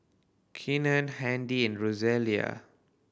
Kenan Handy and Rosalia